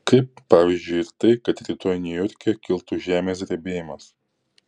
kaip pavyzdžiui ir tai kad rytoj niujorke kiltų žemės drebėjimas